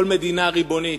כל מדינה ריבונית,